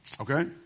Okay